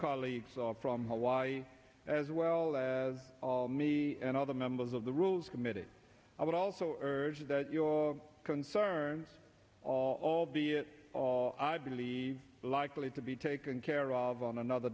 colleagues from hawaii as well as me and other members of the rules committee i would also urge that your concerns albeit i believe likely to be taken care of on another